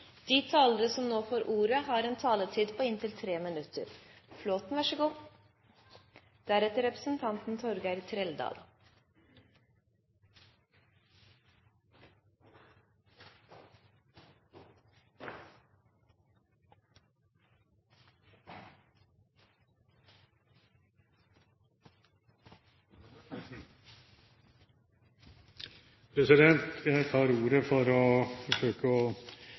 De talere som heretter får ordet, har en taletid på inntil 3 minutter. Jeg tar ordet for å forsøke å